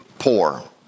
poor